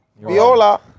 Viola